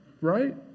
right